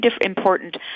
important